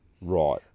Right